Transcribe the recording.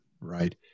right